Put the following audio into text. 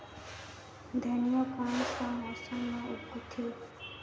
धनिया कोन सा मौसम मां लगथे?